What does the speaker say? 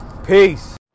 Peace